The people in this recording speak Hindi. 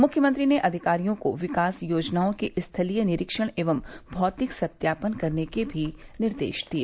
मुख्यमंत्री ने अधिकारियों को विकास योजनाओं के स्थलीय निरीक्षण एवं भौतिक सत्यापन करने के भी निर्देश दिए